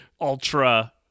ultra